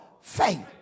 faith